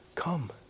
Come